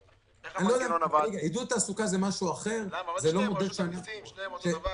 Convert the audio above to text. למעט הכנסה המנויה בפסקאות (1) עד (7) להגדרה "הכנסה מיגיעה אישית"